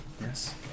Yes